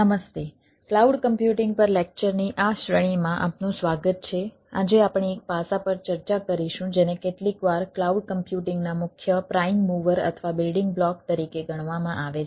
નમસ્તે cloud computing છે